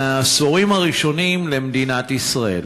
מהעשורים הראשונים למדינת ישראל,